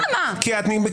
למה?